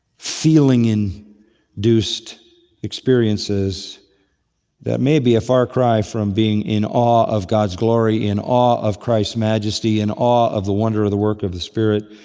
feeling induced experiences that may be a far cry from being in awe of god's glory, in awe of christ's majesty, in awe of the wonder of the work of the spirit,